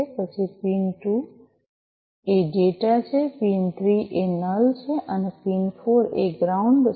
પછી પિન ૨ એ ડેટા છે પિન ૩ એ નલ છે અને પિન ૪ એ ગ્રાઉન્ડ છે